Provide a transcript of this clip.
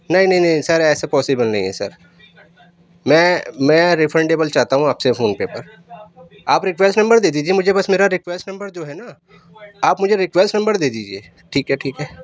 نہیں نہیں نہیں سر ایسے پاسیبل نہیں ہے سر میں میں ریفنڈیبل چاہتا ہوں آپ سے فون پے پر آپ ریکویسٹ نمبر دے دیجیے مجھے بس میرا ریکویسٹ نمبر جو ہے نا آپ مجھے ریکویسٹ نمبر دے دیجیے ٹھیک ہے ٹھیک ہے